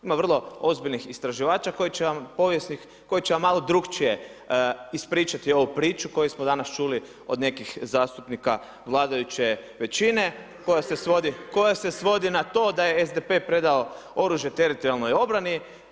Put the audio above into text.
Ima vrlo ozbiljnih istraživača povijesnih koji vam malo drukčije ispričati ovu priču koju smo danas čuli od nekih zastupnika vladajuće većine koja se svodi na to da je SDP-e predao oružje Teritorijalnoj obrani.